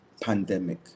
pandemic